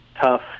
tough